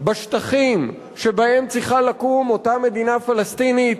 בשטחים שבהם צריכה לקום אותה מדינה פלסטינית,